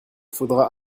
faudra